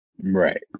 Right